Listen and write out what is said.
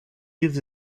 gives